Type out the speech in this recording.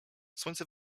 słońce